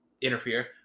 interfere